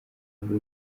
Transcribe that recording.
mbere